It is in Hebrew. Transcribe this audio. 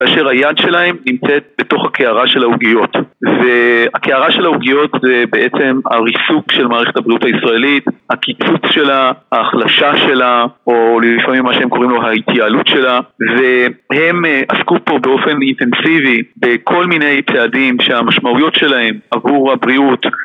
כאשר היד שלהם נמצאת בתוך הקערה של העוגיות והקערה של העוגיות זה בעצם הריסוק של מערכת הבריאות הישראלית הקיצוץ שלה, ההחלשה שלה או לפעמים מה שהם קוראים לו ההתייעלות שלה והם עסקו פה באופן אינטנסיבי בכל מיני צעדים שהמשמעויות שלהם עבור הבריאות..